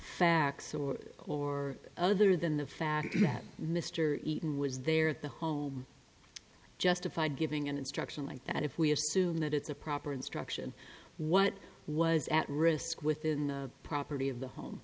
facts or or other than the fact that mr eaton was there at the home justified giving an instruction like that if we assume that it's a proper instruction what was at risk within the property of the home